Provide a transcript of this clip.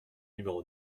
numéro